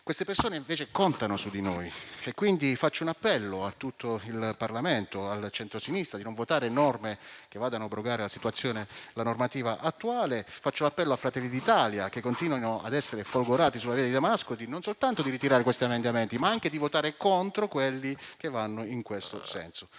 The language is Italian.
Queste persone, invece, contano su di noi e, quindi, faccio un appello a tutto il Parlamento e al centrosinistra di non votare norme che vadano ad abrogare la normativa attuale. Faccio un appello a Fratelli d'Italia, che continua a essere folgorata sulla via di Damasco, non soltanto perché ritiri questi emendamenti, ma anche perché voti contro quelli che vanno in questo senso.